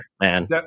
man